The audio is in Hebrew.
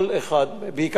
בעיקר חברי הכנסת,